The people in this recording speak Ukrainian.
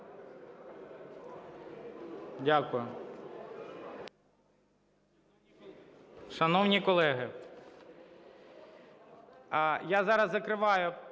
Дякую.